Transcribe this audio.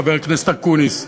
חבר הכנסת אקוניס.